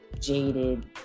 jaded